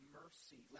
mercy